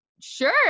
sure